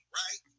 right